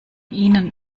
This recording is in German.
ihnen